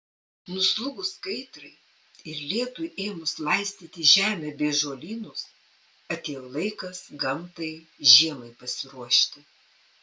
nuslūgus kaitrai ir lietui ėmus laistyti žemę bei žolynus atėjo laikas gamtai žiemai pasiruošti